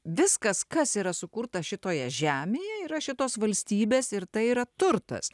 viskas kas yra sukurta šitoje žemėje yra šitos valstybės ir tai yra turtas